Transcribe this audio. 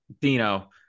Dino